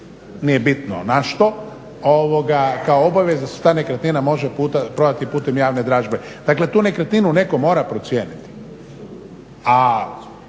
nije bitno na što, kao obaveza da se ta nekretnina može prodati putem javne dražbe. Dakle tu nekretninu netko mora procijeniti,